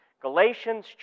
Galatians